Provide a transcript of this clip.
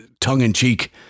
tongue-in-cheek